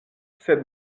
sed